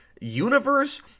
universe